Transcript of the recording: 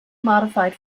modified